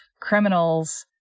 criminals